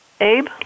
Abe